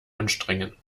anstrengen